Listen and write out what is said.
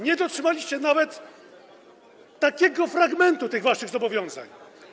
Nie dotrzymaliście nawet małego fragmentu tych waszych zobowiązań.